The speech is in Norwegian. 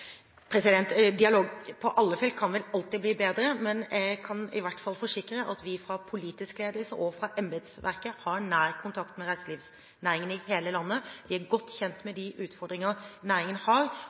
Dialog på alle felter kan vel alltid bli bedre, men jeg kan i hvert fall forsikre at vi fra politisk ledelse og fra embetsverket har nær kontakt med reiselivsnæringen i hele landet. Vi er godt kjent med